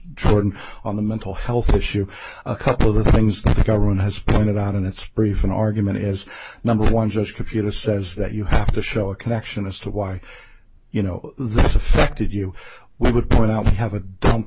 jordan on the mental health issue a couple of the things that the government has pointed out in its brief an argument is number one just computer says that you have to show a connection as to why you know this affected you would point out you have a dum